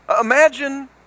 Imagine